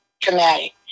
traumatic